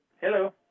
Hello